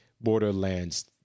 Borderlands